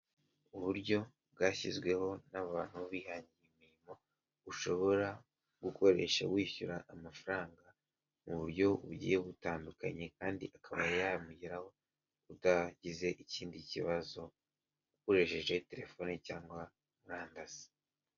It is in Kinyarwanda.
Uburyo bwashyizweho n'abantu bihangira imirimo, ushobora gukoresha wishyura amafaranga mu buryo bugiye butandukanye kandi akaba yamugeraho utagize ikindi kibazo, akoresheje telefoni cyangwa murandasi.